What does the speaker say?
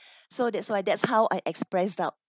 so that's why that's how I express out